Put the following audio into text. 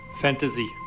Fantasy